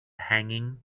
hanging